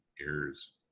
errors